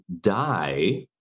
die